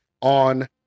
on